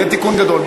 יהיה תיקון גדול.